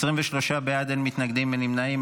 23 בעד, אין מתנגדים, אין נמנעים.